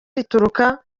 rituruka